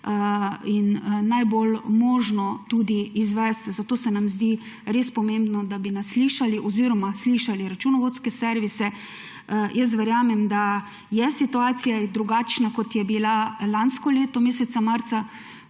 in najbolj možno tudi izvesti, zato se nam zdi res pomembno, da bi nas slišali oziroma slišali računovodske servise. Jaz verjamem, da je situacija drugačna, kot je bila lansko leto meseca marca,